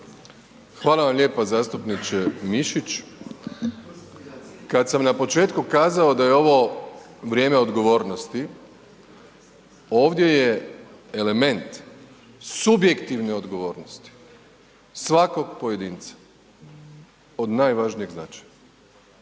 Hvala vam lijepa, zastupniče Mišić. Kad sam na početku kazao da je ovo vrijeme odgovornosti, ovdje je element subjektivne odgovornost svakog pojedinca od najvažnijeg značaja.